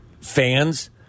fans